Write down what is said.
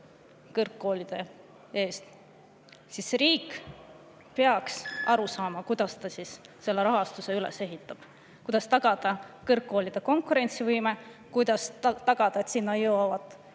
kõrgkoolide eest, siis riik peaks teadma, kuidas see rahastus üles ehitada, kuidas tagada kõrgkoolide konkurentsivõime, kuidas tagada, et sinna jõuavad